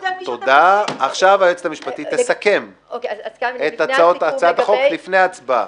עכשיו היועצת המשפטית תסכם את הצעת החוק לפני ההצבעה,